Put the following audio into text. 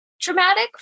traumatic